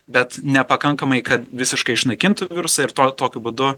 bet nepakankamai kad visiškai išnaikintų virusą ir to tokiu būdu